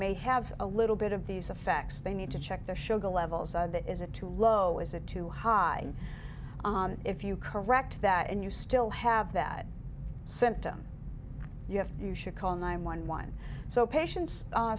may have a little bit of these effects they need to check their sugar levels that isn't too low is it too high if you correct that and you still have that symptom you have you should call nine one one so patien